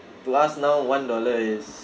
to us now one dollar is